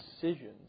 decisions